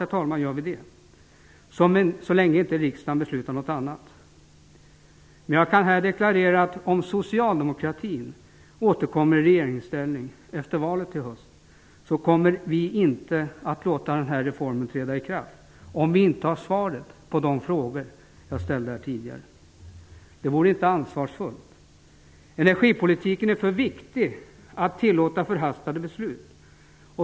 Självfallet gör vi det, herr talman, så länge inte riksdagen beslutar något annat. Men jag kan här deklarera att om socialdemokratin återkommer i regeringsställning efter valet i höst, så kommer vi inte att låta denna reform träda i kraft om vi inte har fått svar på de frågor som jag ställde tidigare. Det vore inte ansvarsfullt. Energipolitiken är för viktig för att man skall tillåta förhastade beslut.